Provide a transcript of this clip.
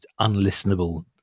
unlistenable